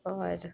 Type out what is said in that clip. اور